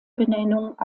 benennung